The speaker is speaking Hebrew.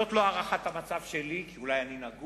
זאת לא הערכת המצב שלי, כי אולי אני נגוע,